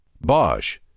Bosch